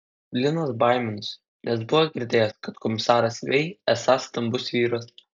linas baiminosi nes buvo girdėjęs kad komisaras vei esąs stambus vyras